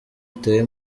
uteye